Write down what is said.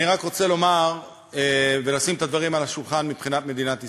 אני רק רוצה לומר ולשים את הדברים על השולחן מבחינת מדינת ישראל.